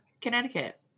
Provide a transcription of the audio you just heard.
Connecticut